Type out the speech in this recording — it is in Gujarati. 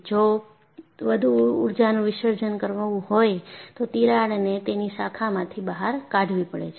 જો વધુ ઊર્જાનું વિસર્જન કરવું હોય તો તિરાડને તેની શાખામાંથી બહાર કાઢવી પડે છે